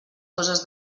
coses